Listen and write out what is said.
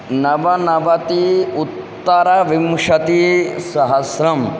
नवनवति उत्तरविंशतिसहस्रम्